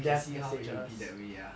I can see how it'll be that way ya